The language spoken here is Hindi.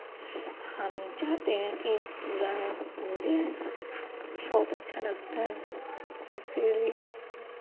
हम चाहते हैं कि पूरा उज्जैन बहुत अच्छा लगता है इसीलिए